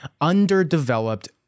underdeveloped